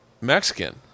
Mexican